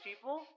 people